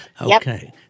Okay